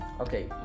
Okay